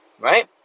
Right